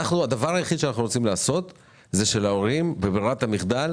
הדבר היחיד שאנחנו רוצים לעשות הוא שלהורים בברירת המחדל